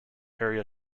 area